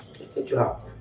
just a drop,